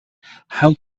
how